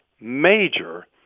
major